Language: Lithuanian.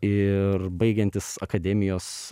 ir baigiantis akademijos